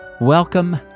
Welcome